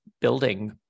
building